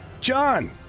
John